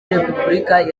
repubulika